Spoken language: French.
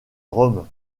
rome